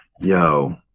Yo